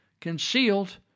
concealed